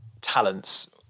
talents